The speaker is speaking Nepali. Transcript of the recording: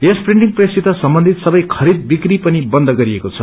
यस प्रिन्टिङ प्रेससित सम्बन्धित सबै खरीद थिक्री पनि बन्द गरिएको छ